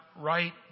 right